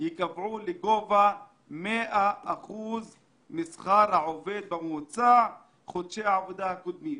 ייקבעו לגובה 100% משכר העובד בממוצע בחודשי העבודה הקודמים.